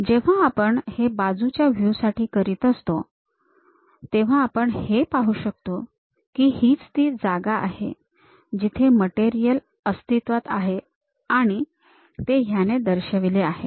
जेव्हा आपण हे बाजूच्या व्ह्यू साठी करतो तेव्हा आपण हे पाहू शकतो की हीच ती जागा आहे जिथे मटेरियल अस्तित्वात आहे आणि ते ह्याने दर्शविले आहे